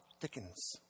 thickens